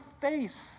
face